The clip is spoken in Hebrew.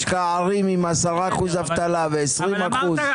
יש ערים עם 10%, 20% אבטלה.